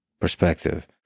perspective